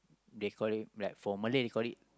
they call it like for Malay they call it